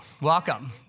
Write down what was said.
Welcome